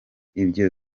ibyo